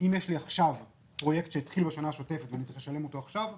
אם יש לי עכשיו פרויקט שהתחיל בשנה השוטפת ואני צריך לשלם אותו עכשיו,